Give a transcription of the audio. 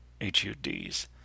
HUDs